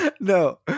no